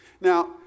Now